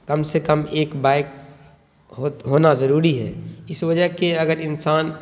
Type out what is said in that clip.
کم سے کم ایک بائک ہونا ضروری ہے اس وجہ کہ اگر انسان